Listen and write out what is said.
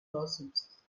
lawsuits